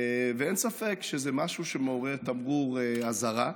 ואין ספק שזה משהו שמציב תמרור אזהרה.